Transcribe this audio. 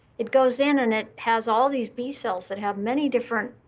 it goes in and it has all these b cells that have many different